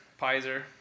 Pizer